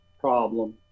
problem